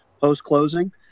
post-closing